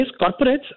corporates